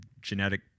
genetic